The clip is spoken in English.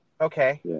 Okay